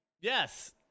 Yes